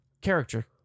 character